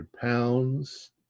pounds